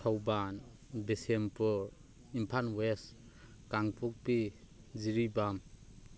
Thoubal Bishnupur Imphal west Kangpokpi Jiribam